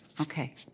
Okay